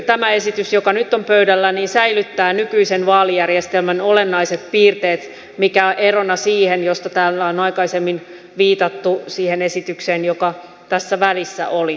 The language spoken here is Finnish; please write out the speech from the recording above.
tämä esitys joka nyt on pöydällä säilyttää nykyisen vaalijärjestelmän olennaiset piirteet mikä on erona siihen esitykseen johon täällä on aikaisemmin viitattu joka tässä välissä oli